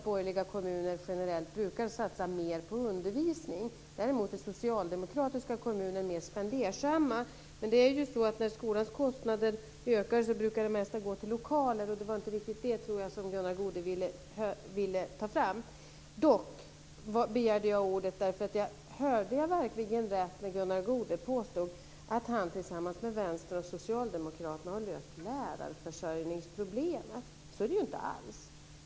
Borgerliga kommuner brukar generellt satsa mer pengar på undervisning. Däremot är socialdemokratiskt styrda kommuner mer spendersamma. När skolans kostnader ökar brukar det mesta gå till lokaler, och det var kanske inte det som Gunnar Goude ville ta upp. Hörde jag verkligen rätt när Gunnar Goude påstod att han tillsammans med Vänstern och Socialdemokraterna har löst problemet med lärarförsörjningen? Så är det inte alls.